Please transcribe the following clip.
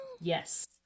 Yes